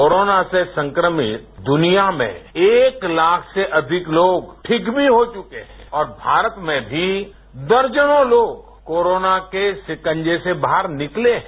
corona से संक्रमित दुनिया में एक लाख से अधिक लोग तीक भी हो चुके हैं और भारत में भी दर्जनों लोग कोरोना के शिकंजे से बाहर निकले हैं